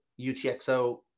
UTXO